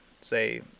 say